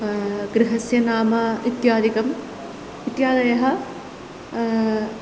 गृहस्य नाम इत्यादिकम् इत्यादयः